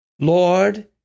Lord